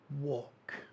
walk